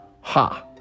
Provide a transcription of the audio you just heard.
Ha